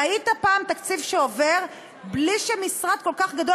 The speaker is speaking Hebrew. ראית פעם תקציב שעובר בלי שמשרד כל כך גדול